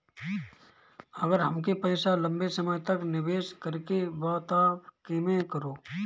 अगर हमके पईसा लंबे समय तक निवेश करेके बा त केमें करों?